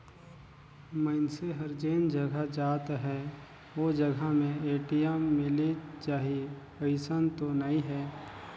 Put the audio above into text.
मइनसे हर जेन जघा जात अहे ओ जघा में ए.टी.एम मिलिच जाही अइसन तो नइ हे